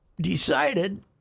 decided